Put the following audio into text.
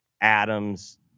Adams